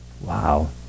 Wow